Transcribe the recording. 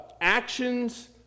actions